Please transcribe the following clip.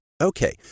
Okay